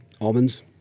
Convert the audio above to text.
Almonds